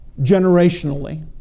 generationally